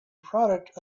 product